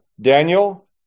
Daniel